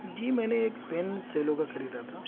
جی میں نے ایک پین سیلو کا خریدا تھا